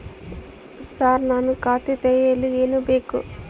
Sir ನಾನು ಖಾತೆ ತೆರೆಯಲು ಏನು ಬೇಕು?